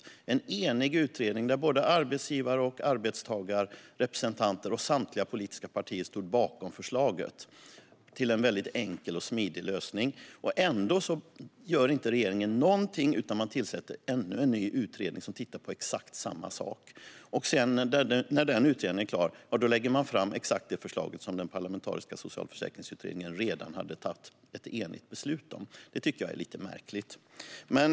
Det var en enig utredning där såväl arbetsgivar och arbetstagarrepresentanter som samtliga politiska partier stod bakom förslaget om en väldigt enkel och smidig lösning. Ändå gjorde regeringen ingenting, utan man tillsatte ännu en utredning som tittade på exakt samma sak. När den utredningen sedan var klar lade man fram exakt samma förslag som det som Parlamentariska socialförsäkringsutredningen varit enig om. Det tycker jag är lite märkligt.